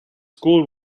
school